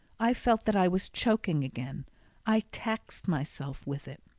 i felt that i was choking again i taxed myself with it,